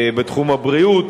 בתחום הבריאות,